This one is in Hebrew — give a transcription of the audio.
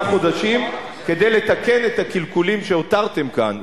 חודשים כדי לתקן את הקלקולים שהותרתם כאן.